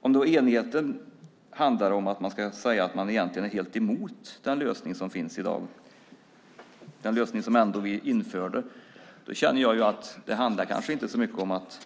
Om enigheten handlar om att man ska säga att man egentligen är helt emot den lösning som finns i dag, den lösning som vi införde, känner jag att det kanske inte handlar om så mycket